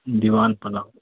दिवान पलङ्ग